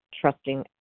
trusting